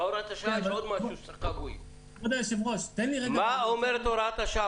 מה אומרת הוראת השעה?